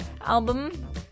album